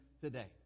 today